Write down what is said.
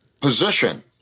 position